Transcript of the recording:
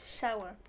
shower